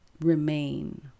remain